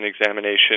examination